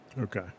Okay